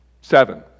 Seven